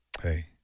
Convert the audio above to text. Hey